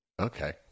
okay